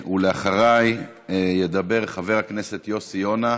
ואחריי ידבר חבר הכנסת יוסי יונה.